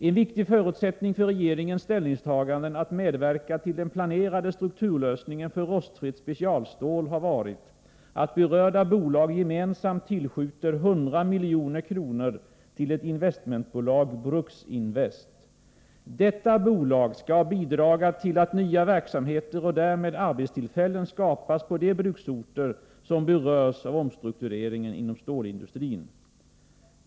En viktig förutsättning för regeringens ställningstaganden att medverka till den planerade strukturlösningen för rostfritt specialstål har varit att berörda bolag gemensamt tillskjuter 100 milj.kr. till ett investmentbolag, Bruksinvest. Detta bolag skall bidra till att nya verksamheter och därmed arbetstillfällen skapas på de bruksorter som berörs av omstruktureringen inom stålindustrin.